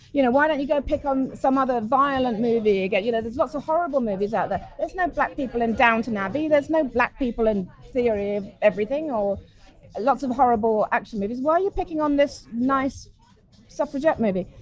you know why don't you go pick on some other violent movie. you yeah you know there's lots of horrible movies out there. there's no black people in downton abbey, there's no black people in theory of everything or lots of horrible action movies why are you picking on this nice suffragette movie.